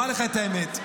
אומר לך את האמת.